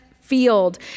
field